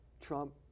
Trump